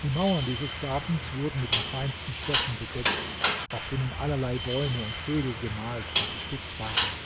die mauern dieses gartens wurden mit den feinsten stoffen bedeckt auf denen allerlei bäume und vögel gemalt und gestickt waren